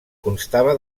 constava